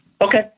Okay